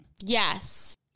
Yes